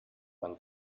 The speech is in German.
dann